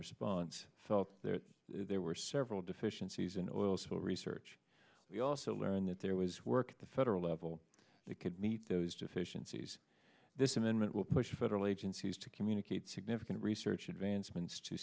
response saw their there were several deficiencies in oil spill research we also learned that there was work at the federal level that could meet those deficiencies this amendment will push federal agencies to communicate significant research advancements to